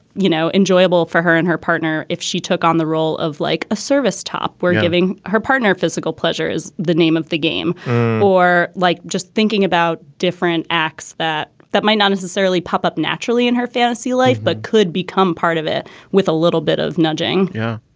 you know, enjoyable for her and her partner if she took on the role of like a service top. we're giving her partner physical pleasure is the name of the game or like just thinking about different acts that that might not necessarily pop up naturally in her fantasy life, but could become part of it with a little bit of nudging yeah,